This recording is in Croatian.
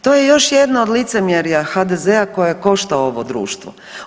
To je još jedno od licemjerja HDZ-a koje košta ovo društvo.